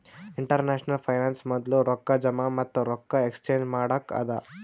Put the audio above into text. international finance ಮೊದ್ಲು ರೊಕ್ಕಾ ಜಮಾ ಮತ್ತ ರೊಕ್ಕಾ ಎಕ್ಸ್ಚೇಂಜ್ ಮಾಡಕ್ಕ ಅದಾ